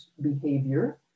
behavior